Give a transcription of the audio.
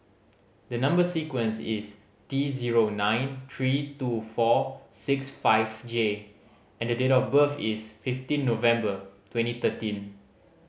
the number sequence is T zero nine three two four six five J and the date of birth is fifteen November twenty thirteen